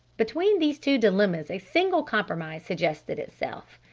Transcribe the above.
between these two dilemmas a single compromise suggested itself.